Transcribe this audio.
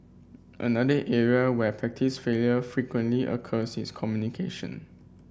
another area where practice failure frequently occurs is communication